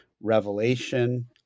revelation